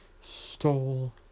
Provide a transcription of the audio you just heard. stole